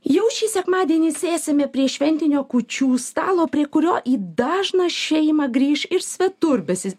jau šį sekmadienį sėsime prie šventinio kūčių stalo prie kurio į dažną šeimą grįš ir svetur besi